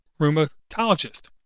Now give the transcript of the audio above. rheumatologist